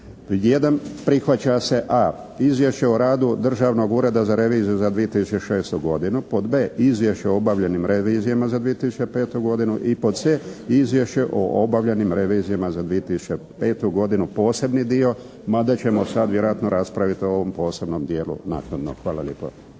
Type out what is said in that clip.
prihvaća se a) izvješće o radu Državnog ureda za reviziju za 2006. godinu. Pod b) izvješće o obavljenim revizijama za 2005. godinu. I pod c) izvješće o obavljenim revizijama za 2005. godinu posebni dio, mada ćemo sad vjerojatno raspraviti o ovom posebnom dijelu naknadno. Hvala lijepa.